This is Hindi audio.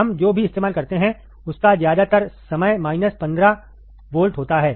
हम जो भी इस्तेमाल करते हैं उसका ज्यादातर समय माइनस 15 वोल्ट होता है